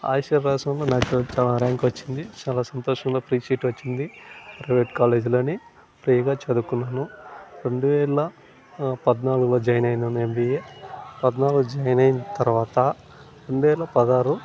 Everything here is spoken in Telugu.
ఐసెట్ రాసినప్పుడు నాకు చా ర్యాంక్ వచ్చింది చాలా సంతోషంగా నాకు ఫ్రీ సీట్ వచ్చింది ప్రైవేట్ కాలేజీలోనే ఫ్రీగా చదువుకున్నాను రెండువేల పద్నాలుగులో జాయిన్ అయినాను ఎంబీఏ పద్నాలుగులో జాయిన్ అయిన తరవాత రెండువేల పదహారు